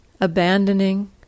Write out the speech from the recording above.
abandoning